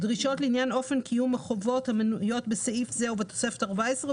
דרישות לעניין אופן קיום החובות המנויות בסעיף זה ובתוספת הארבע עשרה,